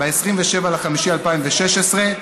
ב-27 במאי 2016,